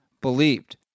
believed